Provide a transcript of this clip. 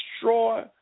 destroy